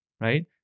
right